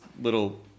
little